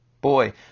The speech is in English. Boy